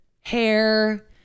hair